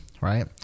right